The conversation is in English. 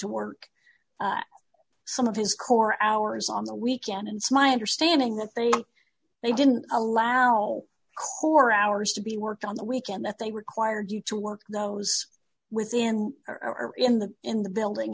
to work some of his core hours on the weekend and sly understanding that they they didn't allow for hours to be worked on the weekend that they required you to work those within or in the in the building